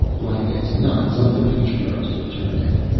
like as not some of the patriarchs will turn out.